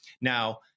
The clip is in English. Now